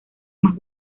más